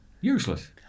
useless